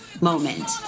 moment